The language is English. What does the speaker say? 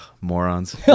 morons